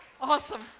Awesome